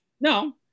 No